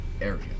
area